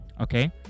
okay